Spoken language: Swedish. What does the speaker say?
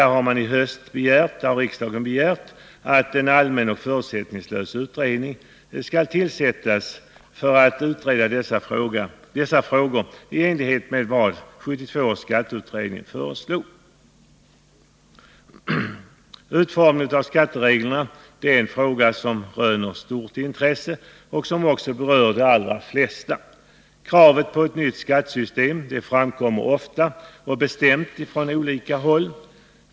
Riksdagen har i höst begärt att en allmän och förutsättningslös utredning skall tillsättas för att utreda dessa frågor i enlighet med vad 1972 års skatteutredning föreslog. Utformningen av skattereglerna är en fråga som röner stort intresse och som berör de allra flesta. Krav på ett nytt skattesystem framkommer ofta och bestämt från olika håll.